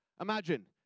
Imagine